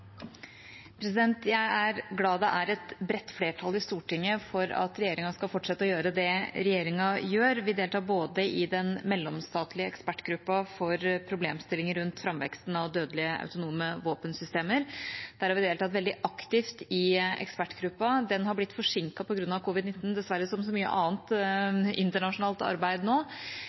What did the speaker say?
glad det er et bredt flertall i Stortinget for at regjeringa skal fortsette å gjøre det regjeringa gjør. Vi deltar i den mellomstatlige ekspertgruppa for problemstillinger rundt framveksten av dødelige autonome våpensystemer. Der har vi deltatt veldig aktivt i ekspertgruppa. Den har blitt forsinket på grunn av covid-19, dessverre, som så mye annet internasjonalt arbeid nå.